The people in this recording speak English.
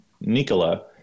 Nicola